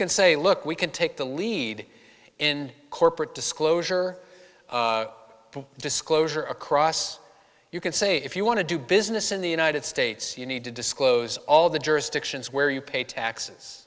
can say look we can take the lead in corporate disclosure full disclosure across you can say if you want to do business in the united states you need to disclose all the jurisdictions where you pay taxes